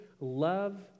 love